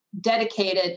dedicated